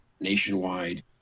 nationwide